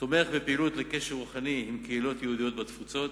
תומך בפעילות לקשר רוחני עם קהילות יהודיות בתפוצות